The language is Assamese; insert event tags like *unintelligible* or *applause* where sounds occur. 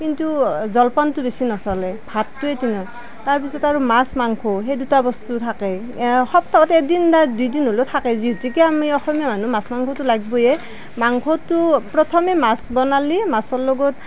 কিন্তু জলপানটো বেছি নচলে ভাতটোয়েই *unintelligible* তাৰ পিছত আৰু মাছ মাংস সেই দুটা বস্তু থাকেই সপ্তাহত এদিন দা দুদিন হ'লেও থাকেই যিহেতুকে আমি অসমীয়া মানুহ মাছ মাংসটো লাগিবয়েই মাংসটো প্ৰথমে মাছ বনালি মাছৰ লগত